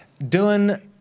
Dylan